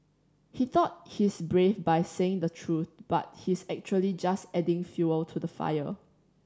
he thought he's brave by saying the truth but he's actually just adding fuel to the fire